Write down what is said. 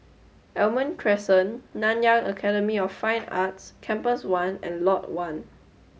Almond Crescent Nanyang Academy of Fine Arts Campus one and Lot One